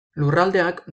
lurraldeak